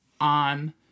on